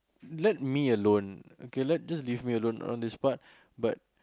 let me alone okay let just leave me alone on this part but